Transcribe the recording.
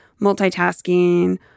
multitasking